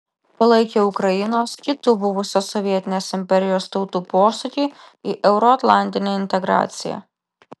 palaikė ukrainos kitų buvusios sovietinės imperijos tautų posūkį į euroatlantinę integraciją